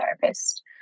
therapist